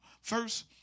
First